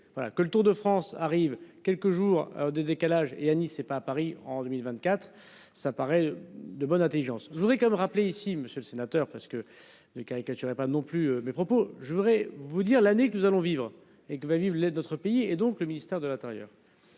que le Tour de France arrive quelques jours de décalage et à Nice et pas à Paris. En 2024, ça paraît de bonne Intelligence. Je voudrais quand même rappeler ici Monsieur le Sénateur parce que. Ne caricaturez pas non plus mes propos, je voudrais vous dire l'année que nous allons vivre et que va vivre l'aide d'autres pays et donc le ministère de l'Intérieur.